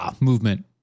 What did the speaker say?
movement